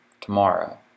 tomorrow